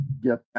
get